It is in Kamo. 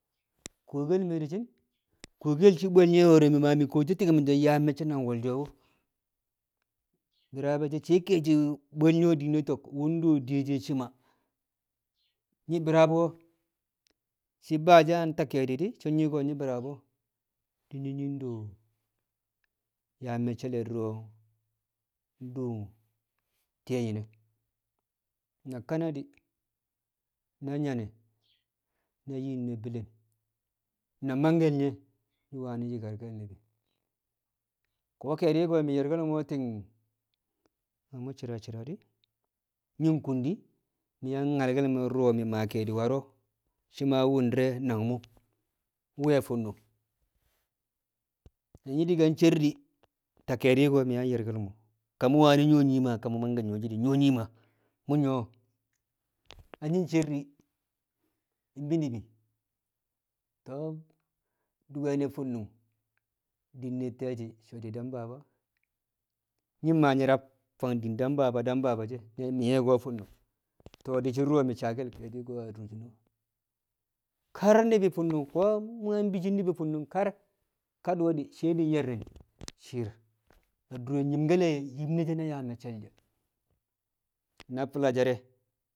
Kuwokel me̱ di̱ shi̱ BKuwokel she̱ bwe̱l we̱ro̱ mi̱ kuwo ti̱ng mi̱ so yaa mecce nang wo̱lsho̱ wṵ. Rab e̱ she̱ sai bwe̱l nye̱ wṵ diino to̱k do diye she̱ shi̱ ma. Nyi̱ bi̱raabo̱ shi̱ Ba she̱ na ta ke̱e̱di̱ di̱ so̱ nyi̱ ko nyi̱ bi̱raabo̱ nyi̱ do yaa me̱cce̱l te̱e̱ nyi̱ne̱, na Kanadi na nyanne̱ na yim ne̱ bi̱li̱ng, na mangke̱l ye̱ nyi̱ wani̱ nyi̱karke̱l ni̱bi̱ ko̱ ke̱e̱dṵ mi̱ ye̱rke̱l kumo̱ ti̱ng mṵ shi̱ra shi̱ra di̱ nyi̱ kun di mi̱ yang nyalke̱l dṵro̱ maa keedi waro̱ shi̱ ma wṵndɪre̱ nang mṵ nwe a fṵnṵng. Na nyi̱ di̱ ka cer di̱ ta ke̱e̱di̱ mi̱ yang yerkel mo ka wani̱ nyṵwo̱ nyii Maa ka mangke̱ nyṵwo nyii Maa, mṵ nyṵwo̱? Na nyi̱ cer di̱ bi ni̱bi̱ to̱m di̱ we̱ni fṵnṵng diine̱ te̱e̱shi̱ so̱ di̱ Dam baba. Nyi̱ ma nyi̱ rab fang di̱i̱n Dan baba, Dan baba she na mi̱ye̱ ko fṵnṵng to di̱ shi̱ dṵro̱ mi̱ saakel ke̱e̱di̱ ko a durshin o̱ kar ni̱bi̱ fṵnṵng ko̱ mṵ yang bi̱ ni̱bi̱ kadi̱we̱di̱ sai nye̱rnɪn shi̱i̱r adure nyi̱mkel yim ne she yaa me̱cce̱l she̱ na Fi̱rashe̱re̱.